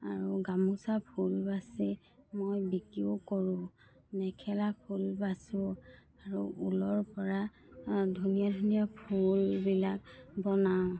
আৰু গামোচা ফুল বাচি মই বিক্ৰীও কৰোঁ মেখেলা ফুল বাচোঁ আৰু ঊলৰ পৰা ধুনীয়া ধুনীয়া ফুলবিলাক বনাওঁ